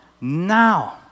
now